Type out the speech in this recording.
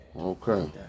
Okay